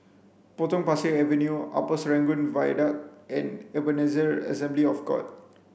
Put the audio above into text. Potong Pasir Avenue Upper Serangoon Viaduct and Ebenezer Assembly of God